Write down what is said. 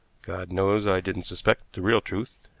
god knows i didn't suspect the real truth.